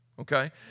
Okay